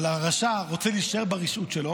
אבל הרשע רוצה להישאר ברשעות שלו,